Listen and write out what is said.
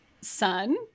son